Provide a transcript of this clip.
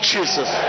Jesus